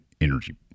energy